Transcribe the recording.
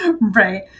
right